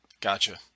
Gotcha